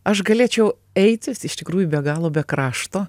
aš galėčiau eiti iš tikrųjų be galo be krašto